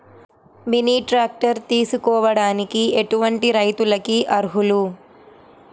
Mini tractor తీసుకోవడానికి ఎటువంటి రైతులకి అర్హులు?